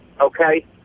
okay